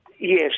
Yes